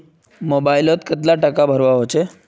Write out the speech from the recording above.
Mobile लोत कतला टाका भरवा होचे?